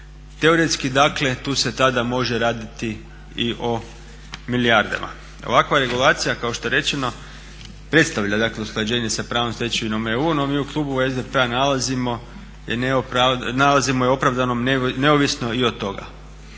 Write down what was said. Teoretski dakle tu se tada može raditi i o milijardama. Ovakva regulacija kao što je rečeno predstavlja dakle usklađenje s pravnom stečevinom EU no mi u klubu SDP-a nalazimo opravdanom neovisno i od toga.